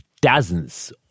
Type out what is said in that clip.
dozens